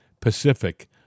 Pacific